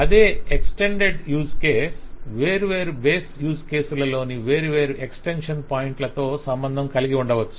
అదే extended use case వేర్వేరు base use కేసులలోని వేర్వేరు ఎక్స్టెన్షన్ పాయింట్ లతో సంబంధం కలిగి ఉండవచ్చు